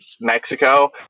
mexico